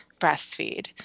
breastfeed